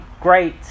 great